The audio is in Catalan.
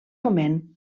moment